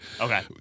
Okay